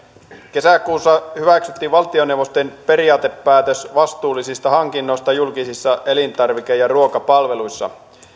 kesäkuussa hyväksyttiin valtioneuvoston periaatepäätös vastuullisista hankinnoista julkisissa elintarvike ja ruokapalveluissa